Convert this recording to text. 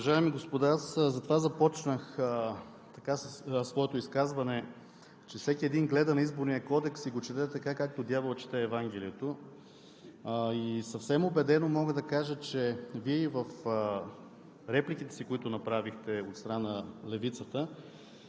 Уважаеми господа, затова започнах своето изказване, че всеки един гледа на Изборния кодекс и го чете така, както дяволът чете Евангелието. Съвсем убедено мога да кажа, че Вие в репликите си, които направихте от страна на Левицата,